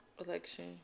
election